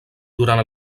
durant